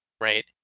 Right